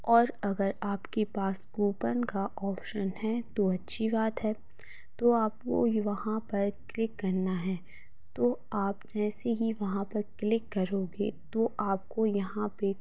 और अगर आपके पास ऑप्शन का ऑप्शन हैं तो अच्छी बात है तो आपको ही वहाँ पर क्लिक करना है तो आप जैसे ही वहाँ पर क्लिक करोगे तो आपको यहाँ पर